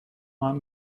want